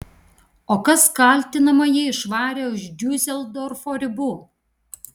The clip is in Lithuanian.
o kas kaltinamąjį išvarė už diuseldorfo ribų